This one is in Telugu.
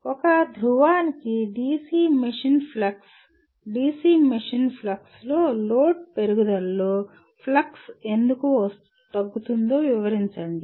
ఒక ధ్రువానికి DC machine flux DC machine flux లో లోడ్ పెరుగుదలతో ఫ్లక్స్ ఎందుకు తగ్గుతుందో వివరించండి